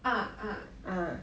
ah ah